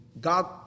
God